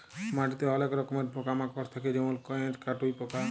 মাটিতে অলেক রকমের পকা মাকড় থাক্যে যেমল কেঁচ, কাটুই পকা